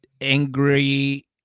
Angry